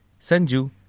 Sanju